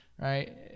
right